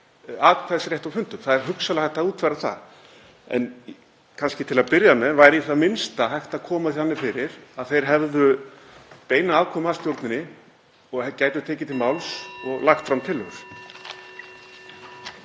atkvæðisrétt á fundum, það er hugsanlega hægt að útfæra það. En til að byrja með væri í það minnsta hægt að koma því þannig fyrir að notendur hefðu beina aðkomu að stjórninni og gætu tekið til máls og lagt fram tillögur.